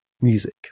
music